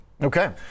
Okay